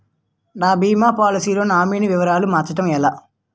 నా భీమా పోలసీ లో నామినీ వివరాలు మార్చటం ఎలా?